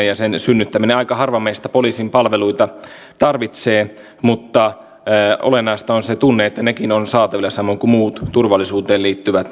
tulemme sen osalta sitten varmaan tammikuun loppupuolella kunhan nyt tässä muutama viikko vähän on hiottu ja käyty joululomilla ulos kaiken kaikkiaan